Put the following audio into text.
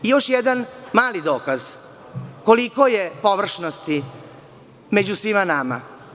Još jedan mali dokaz koliko je površnosti među svima nama.